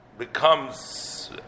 Becomes